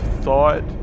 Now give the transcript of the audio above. thought